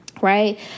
right